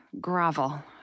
gravel